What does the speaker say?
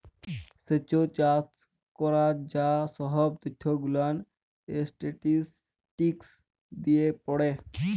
স্যেচ চাষ ক্যরার যা সহব ত্যথ গুলান ইসট্যাটিসটিকস দিয়ে পড়ে